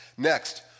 Next